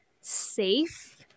safe